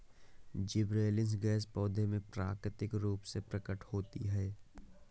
gibberellins gas पौधों में प्राकृतिक रूप से प्रकट होती है